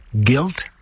guilt